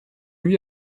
lui